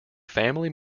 family